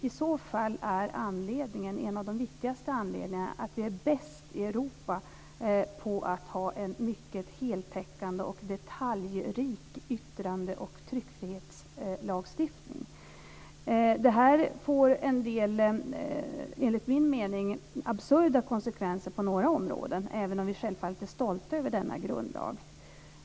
I så fall är en av de viktigaste anledningarna till det att vi är bäst i Europa på att ha en mycket heltäckande och detaljrik yttrande och tryckfrihetslagstiftning. Detta får en del, enligt min mening, absurda konsekvenser på några områden, även om vi självfallet är stolta över denna grundlag.